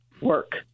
work